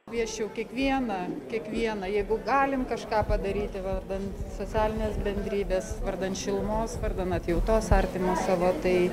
kviesčiau kiekvieną kiekvieną jeigu galim kažką padaryti vardan socialinės bendrybės vardan šilumos vardan atjautos artimui savo tai